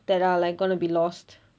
that are like gonna be lost